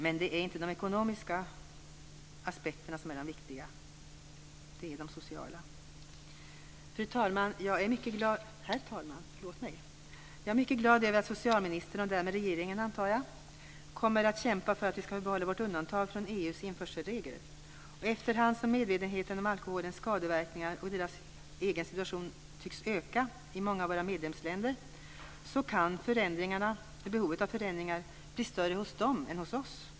Men det är inte de ekonomiska aspekterna som är viktiga, det är de sociala aspekterna. Herr talman! Jag är mycket glad över att socialministern och regeringen kommer att kämpa för att Sverige ska få behålla sitt undantag från EU:s införselregel. Efterhand som medvetenheten om alkoholens skadeverkningar ökar hos våra medlemsländer kan behovet av förändringar bli större hos dem än hos oss.